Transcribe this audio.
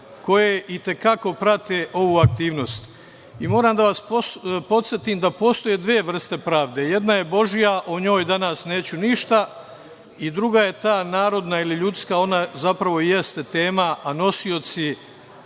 koje i te kako prate ovu aktivnost. Moram da vas podsetim da postoje dve vrste pravde. Jedna je Božija. O njoj danas neću ništa. Druga je narodna ili ljudska. Ona zapravo i jeste tema, a nosioci